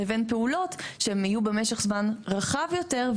לבין פעולות שהן יהיו במשך זמן רחב יותר,